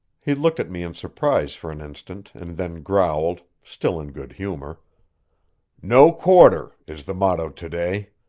he looked at me in surprise for an instant and then growled, still in good humor no quarter is the motto to-day.